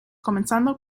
comenzando